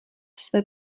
své